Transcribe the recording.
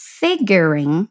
figuring